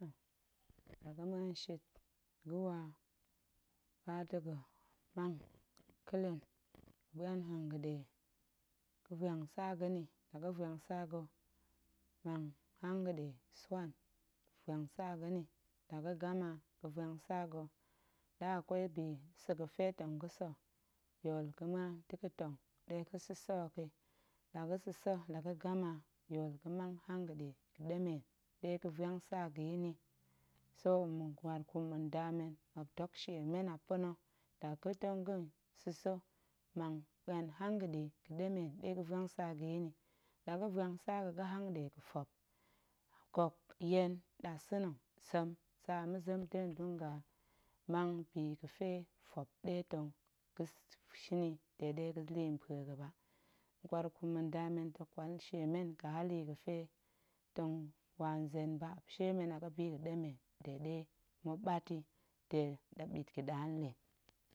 Nn la ga̱ muan shit ga̱wa, ba da̱ga̱ mang ƙelin ga̱ ɓuan hanga̱ɗe ga̱vuang tsa ga̱ nni, la gəvuang tsa ga̱, mang hanga̱ɗe suwan vuang tsa ga̱ nni la ga̱ gama ga̱vuang tsa ga̱ la a kwai bi sa̱ ga̱fe tong ga̱ sa̱, yool ga̱ muan da̱g̱a̱ tong ɗe sa̱sa̱ hok yi, la ga̱ sa̱sa̱ la ga̱ gama, yool ga̱ mang hanga̱ɗe ga̱ɗemen ɗe ga̱vuang tsa ga̱ yi nni, so ma̱ƙwaarkum ma̱nda men, muop dok shie men a pa̱na̱, la ga̱tong ga̱n sa̱sa̱ mang ɓuan hanga̱ɗe ga̱ɗemen ɗe ga̱vuang tsa ga̱ yi nni, la ga̱vuang tsa ga̱ ga̱ hanga̱ɗe ga̱fop gok yen nɗasa̱na̱ nsem tsa ma̱zem dega̱ dunga mang bi ga̱fe fop ɗe tong ga̱shin dega̱ ɗe tong ga̱ la̱ yi mpue ba, ma̱ƙwaarkum ma̱nda men dok ƙwal shie men ga̱ hali ga̱fe tong wa nzen ba, muop shie men a ga̱ biga̱ɗemen de ɗe ma̱ɓat yi, de ɗa ɓit ga̱ɗa nlin.